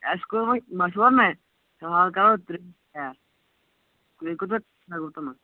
اسہِ کوٚر وۄنۍ مَثلَن نَہ فِلحال کَرو ترٛےٚ تَیار تُہۍ کوٗتاہ ہیٚیِو تِمَن